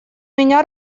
меня